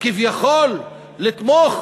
כביכול לתמוך